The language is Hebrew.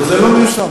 זה לא מיושם.